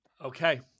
Okay